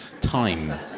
time